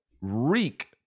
reek